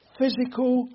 physical